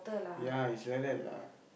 ya is like that lah